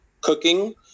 cooking